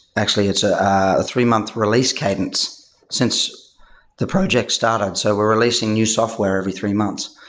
actually, it's a three-month release cadence since the project started. so we're releasing new software every three months.